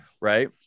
right